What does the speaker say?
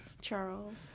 Charles